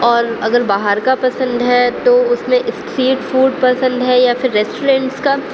اور اگر باہر کا پسند ہے تو اس میں اسٹریٹ فوڈ پسند ہے یا پھر ریسٹورینٹ کا